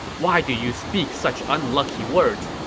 why do you speak such unlucky words?